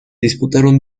disputaron